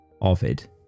Ovid